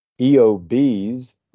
EOBs